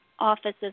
offices